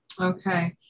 Okay